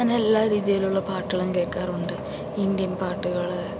ഞാൻ എല്ലാ രീതിയിലുള്ള പാട്ടുകളും കേൾക്കാറുണ്ട് ഇന്ത്യൻ പാട്ടുകൾ